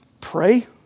Pray